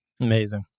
amazing